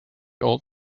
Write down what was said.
old